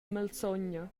malsogna